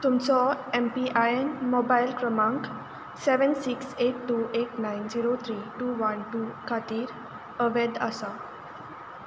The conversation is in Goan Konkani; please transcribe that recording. तुमचो M P I N mobile क्रमांक seven six eight two eight nine zero three two one two खातीर अवैध आसा